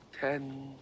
ten